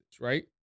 right